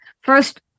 First